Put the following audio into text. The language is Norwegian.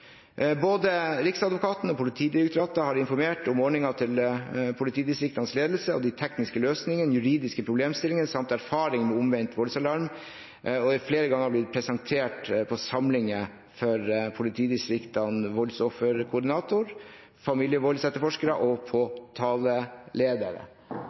Både Riksadvokaten og Politidirektoratet har informert om ordningen til politidistriktenes ledelse. De tekniske løsningene, de juridiske problemstillingene samt erfaring med omvendt voldsalarm er flere ganger blitt presentert på samlinger for politidistriktene, voldsofferkoordinator, familievoldsetterforskere og påtaleledere. Jeg tror statsråden og